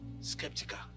skeptical